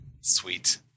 Sweet